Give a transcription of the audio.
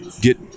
get